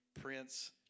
prince